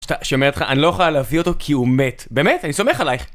שהיא שאומרת לך, אני לא יכולה להביא אותו כי הוא מת, באמת? אני סומך עלייך.